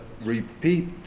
repeat